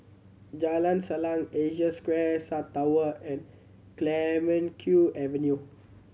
Jalan Salang Asia Square South Tower and Clemenceau Avenue